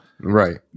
Right